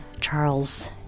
Charles